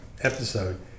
episode